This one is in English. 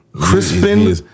Crispin